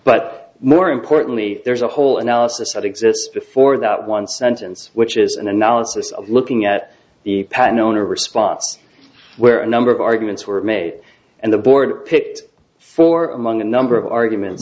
but more importantly there's a whole analysis that exists before that one sentence which is an analysis of looking at the patent owner response where a number of arguments were made and the board picked for among a number of argument